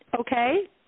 okay